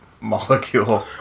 molecule